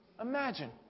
Imagine